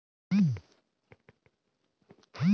আখ থেকে চিনি যুক্ত অনেক জিনিস বানানো হয়